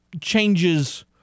changes